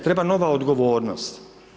Treba nova odgovornost.